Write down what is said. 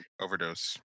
overdose